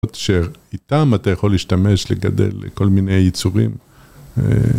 שאיתם אתה יכול להשתמש לגדל כל מיני ייצורים